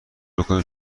بکنیم